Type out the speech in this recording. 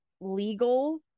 legal